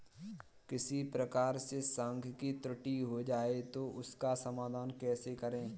किसी प्रकार से सांख्यिकी त्रुटि हो जाए तो उसका समाधान कैसे करें?